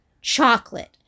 chocolate